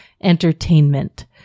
entertainment